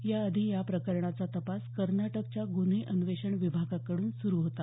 याआधी या प्रकरणाचा तपास कर्नाटकच्या गुन्हे अन्वेषण विभागाकडून सुरू होता